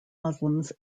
muslims